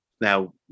now